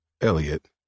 Elliot